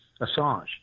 Assange